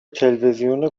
تلوزیون